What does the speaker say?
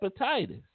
hepatitis